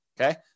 Okay